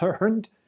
learned